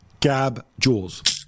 gabjules